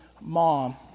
mom